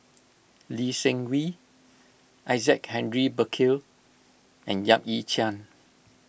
Lee Seng Wee Isaac Henry Burkill and Yap Ee Chian